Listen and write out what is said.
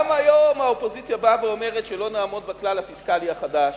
גם היום האופוזיציה באה ואומרת שלא נעמוד בכלל הפיסקלי החדש,